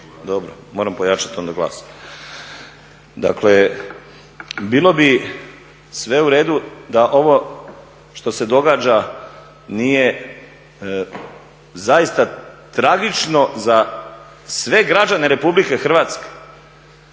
Dobro, moram pojačati onda glas. Dakle, bilo bi sve u redu da ovo što se događa nije zaista tragično za sve građane RH sa